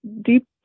deep